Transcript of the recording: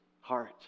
heart